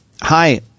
Hi